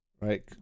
right